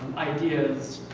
ideas,